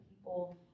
people